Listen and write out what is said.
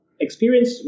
experience